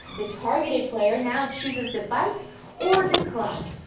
the targeted player now chooses to fight or decline.